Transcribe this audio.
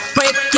Break